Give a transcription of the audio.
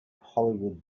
hollywood